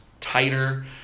tighter